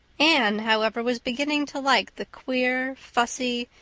anne, however, was beginning to like the queer, fussy,